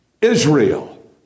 israel